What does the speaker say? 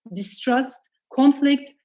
distrust, conflict,